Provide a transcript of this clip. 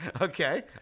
Okay